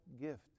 gift